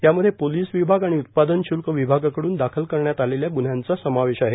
त्यामध्ये पोलीस विभाग आणि उत्पादन शुल्क विभागाकडून दाखल करण्यात आलेल्या गुन्ह्यांचा समावेश आहे